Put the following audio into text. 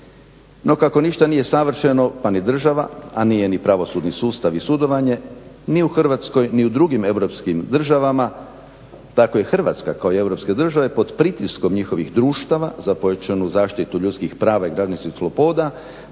No kako ništa nije savršeno pa ni država, a nije ni pravosudni sustav i sudovanje, ni u Hrvatskoj ni u drugim europskim državama, tako je i Hrvatska kao i europske države pod pritiskom njihovih društava za pojačanu zaštitu ljudskih prava i građanskih sloboda,